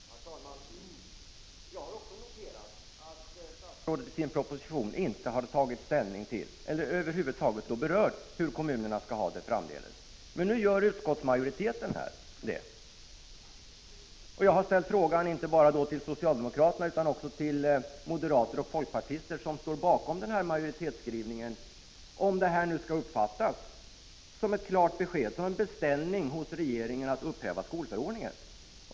Herr talman! Jag har också noterat att statsrådet i sin proposition inte har tagit ställning till eller över huvud taget berört hur kommunerna skall ha det framdeles. Men nu gör utskottsmajoriteten det, och jag har ställt frågan inte bara till socialdemokraterna utan också till moderater och folkpartister, som står bakom majoritetsskrivningen, om det skall uppfattas som en beställning hos regeringen av upphävande av skolförordningen.